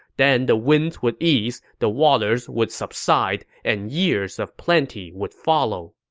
then the winds would ease, the waters would subside, and years of plenty would follow.